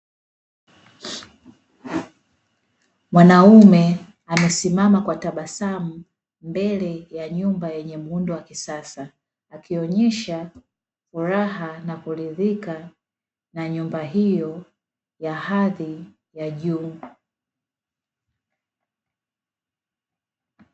Mwanaume amesimama kwa tabasamu mbele ya nyumba yenye muundo wa kisasa akionyesha furaha na kuridhika na nyumba hiyo ya hadhi ya juu.